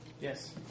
Yes